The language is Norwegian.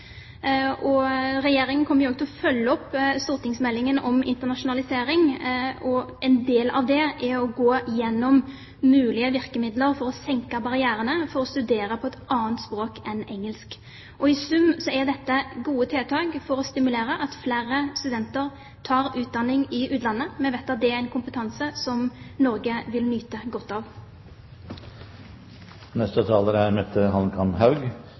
Regjeringen kommer også til å følge opp stortingsmeldingen om internasjonalisering. En del av det er å gå gjennom mulige virkemidler for å senke barrierene for å studere på et annet språk enn engelsk. I sum er dette gode tiltak for å stimulere til at flere studenter tar utdanning i utlandet. Vi vet at det er en kompetanse som Norge vil nyte godt av.